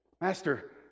Master